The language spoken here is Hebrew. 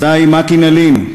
אזי מה כי נלין,